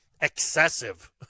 excessive